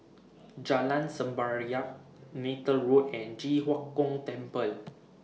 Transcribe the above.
Jalan Semerbak Neythal Road and Ji Huang Kok Temple